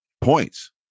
points